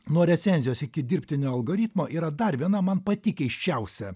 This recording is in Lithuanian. nuo recenzijos iki dirbtinio algoritmo yra dar viena man pati keisčiausia